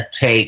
take